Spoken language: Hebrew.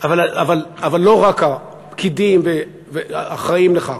אבל לא רק הפקידים אחראים לכך.